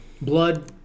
Blood